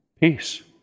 Peace